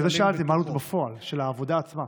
בגלל זה שאלתי מה העלות בפועל של העבודה עצמה.